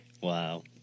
Wow